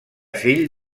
fill